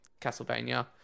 castlevania